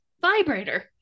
vibrator